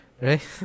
Right